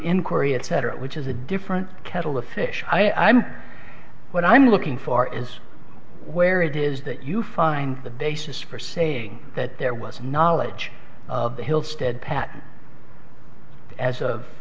inquiry etc which is a different kettle of fish i'm what i'm looking for is where it is that you find the basis for saying that there was knowledge of the hill stead pattern as of